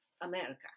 America